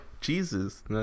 Jesus